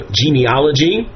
genealogy